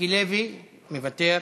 מיקי לוי, מוותר,